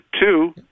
two